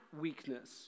weakness